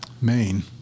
Maine